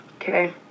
Okay